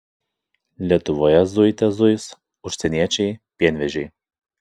lietuvoje zuite zuis užsieniečiai pienvežiai